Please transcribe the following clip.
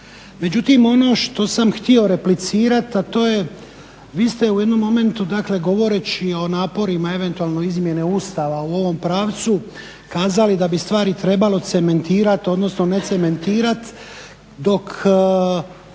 Međutim ono što sam htio replicirat, a to je vi ste u jednom momentu, dakle govoreći o naporima eventualno izmjene Ustava u ovom pravcu kazali da bi stvari trebalo cementirati odnosno ne cementirati dok